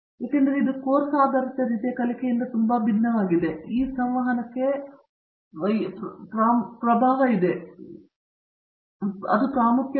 ಏಕೆಂದರೆ ಇದು ಕೋರ್ಸ್ ಆಧಾರಿತ ರೀತಿಯ ಕಲಿಕೆಯಿಂದ ತುಂಬಾ ಭಿನ್ನವಾಗಿದೆ ಈ ಸಂವಹನಕ್ಕೆ ನಾನು ಪ್ರಭಾವ ಮತ್ತು ಪ್ರಾಮುಖ್ಯತೆಯನ್ನು ಅರ್ಥೈಸುತ್ತೇನೆ ಅದು ಹೇಗೆ ಬೆಳೆಯುತ್ತದೆ ಎಂಬುದರಲ್ಲಿ ವ್ಯತ್ಯಾಸವನ್ನುಂಟು ಮಾಡುತ್ತದೆ